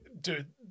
Dude